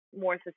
more